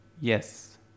yes